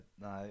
no